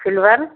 silver